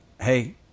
hey